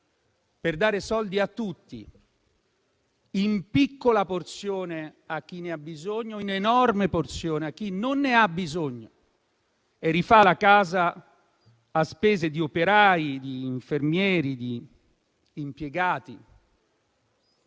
per dare soldi a tutti: in piccola porzione a chi ne ha bisogno e in enorme porzione a chi non ne ha bisogno e rifà la casa a spese di operai, infermieri e impiegati.